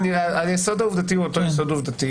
היסוד העובדתי הוא אותו יסוד עובדתי